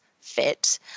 fit